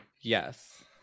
yes